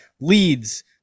leads